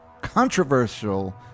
controversial